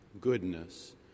goodness